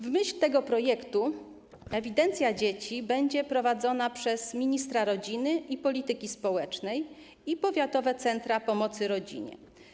W myśl tego projektu ewidencja dzieci będzie prowadzona przez ministra rodziny i polityki społecznej oraz powiatowe centra pomocy rodzinie.